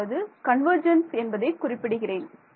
அதாவது கன்வர்ஜென்ஸ் என்பதை குறிப்பிடுகிறேன்